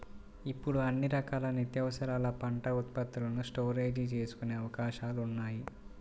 ఇప్పుడు అన్ని రకాల నిత్యావసరాల పంట ఉత్పత్తులను స్టోరేజీ చేసుకునే అవకాశాలున్నాయి